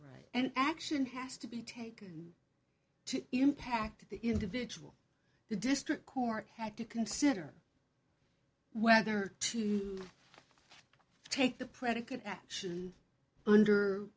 right and action has to be taken to impact the individual the district court had to consider whether to take the predicate action under